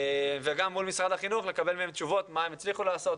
וכן מול משרד החינוך לקבל מהם תשובות: מה הם הצליחו לעשות?